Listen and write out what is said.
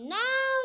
now